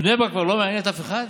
בני ברק כבר לא מעניינת אף אחד?